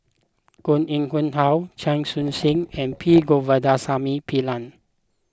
Koh Nguang How Chia Choo Suan and P Govindasamy Pillai